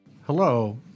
Hello